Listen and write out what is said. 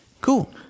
Cool